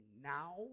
now